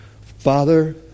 Father